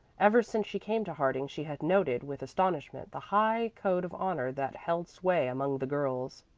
ever since she came to harding she had noted with astonishment the high code of honor that held sway among the girls.